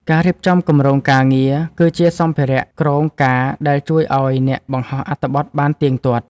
ការរៀបចំគម្រោងការងារ គឺជាសម្ភារៈគ្រោងការដែលជួយឱ្យអ្នកបង្ហោះអត្ថបទបានទៀងទាត់។